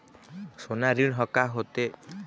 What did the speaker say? सोना ऋण हा का होते?